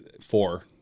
four